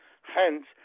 Hence